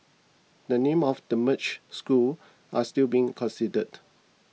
the names of the merged schools are still being considered